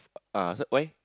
ah so why